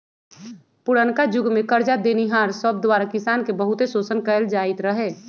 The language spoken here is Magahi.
पुरनका जुग में करजा देनिहार सब द्वारा किसान के बहुते शोषण कएल जाइत रहै